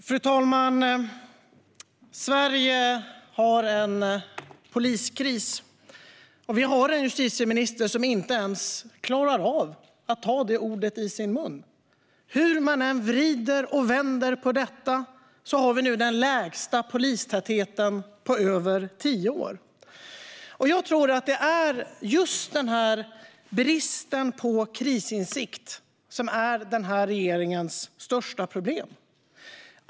Fru talman! Sverige har en poliskris, och vi har en justitieminister som inte ens klarar av att ta det ordet i sin mun. Hur man än vrider och vänder på detta har vi nu den lägsta polistätheten på över tio år. Jag tror att det är just denna brist på krisinsikt som är regeringens största problem.